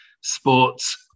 sports